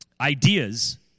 ideas